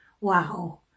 Wow